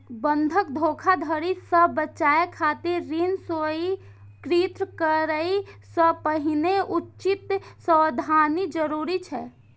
बंधक धोखाधड़ी सं बचय खातिर ऋण स्वीकृत करै सं पहिने उचित सावधानी जरूरी छै